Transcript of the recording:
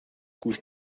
couches